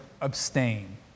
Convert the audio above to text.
abstain